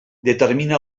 determina